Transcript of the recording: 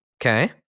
Okay